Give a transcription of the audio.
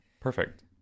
perfect